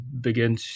begin